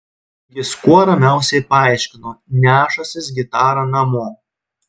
jis kuo ramiausiai paaiškino nešąsis gitarą namo